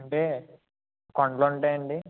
అంటే కొండలుంటాయండి